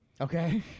Okay